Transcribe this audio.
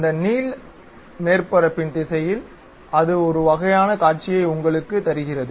அந்த நீல மேற்பரப்பின் திசையில் இது ஒரு வகையான காட்சியை உங்களுக்குக் தருகிறது